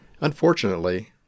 Unfortunately